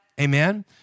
amen